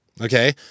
Okay